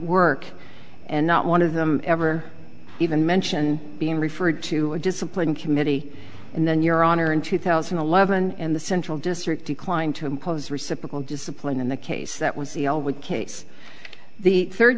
work and one of them ever even mention being referred to a discipline committee and then your honor in two thousand and eleven and the central district declined to impose reciprocal discipline in the case that was the elwood case th